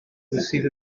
sydd